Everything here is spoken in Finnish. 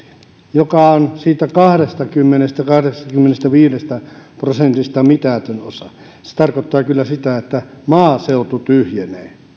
joka on siitä kahdestakymmenestä viiva kahdestakymmenestäviidestä prosentista mitätön osa se tarkoittaa kyllä sitä että maaseutu tyhjenee